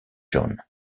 john